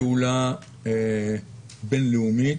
האם יש פעולה בין-לאומית,